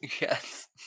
Yes